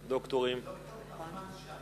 דוקטורים.